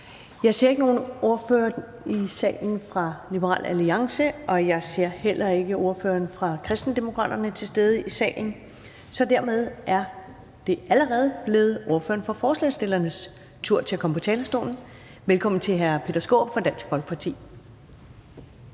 Jeg ser ikke en ordfører i salen fra Liberal Alliance, og jeg ser heller ikke ordføreren for Kristendemokraterne til stede i salen. Så dermed er det allerede blevet ordføreren for forslagsstillerne. Velkommen til hr. Peter Skaarup fra Dansk Folkeparti.